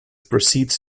proceeds